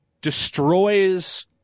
destroys